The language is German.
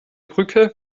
brücke